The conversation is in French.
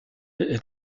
est